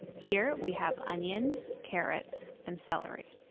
here we have onions, carrots, and celery.